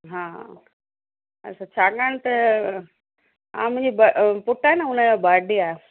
हा अच्छा छाकणि त हा ब मुंहिजो पुटु आहे न उनजो बर्डे आहे